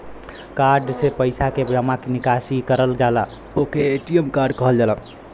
card से पइसा के जमा निकासी करल जाला ओके ए.टी.एम कार्ड कहल जाला